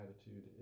attitude